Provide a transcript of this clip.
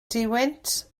duwynt